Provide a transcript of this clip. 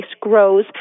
grows